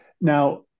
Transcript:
Now